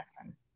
lesson